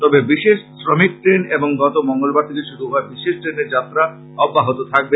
তবে বিশেষ শ্রমিক ট্রেন এবং গত মঙ্গলবার থেকে শুরু হওয়া বিশেষ ট্রেনের যাত্রা অব্যাহত থাকবে